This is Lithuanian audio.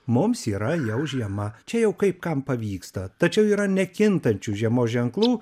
mums yra jau žiema čia jau kaip kam pavyksta tačiau yra nekintančių žiemos ženklų